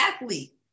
athlete